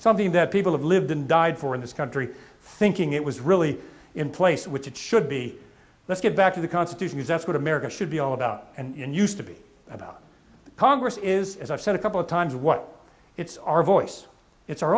something that people have lived and died for in this country thinking it was really in place which it should be let's get back to the constitution if that's what america should be all about and used to be that congress is as i've said a couple of times what it's our voice it's our